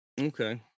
okay